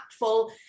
impactful